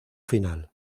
final